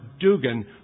Dugan